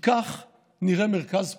כי כך נראה מרכז פוליטי,